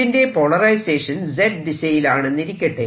ഇതിന്റെ polarization Z ദിശയിലാണെന്നിരിക്കട്ടെ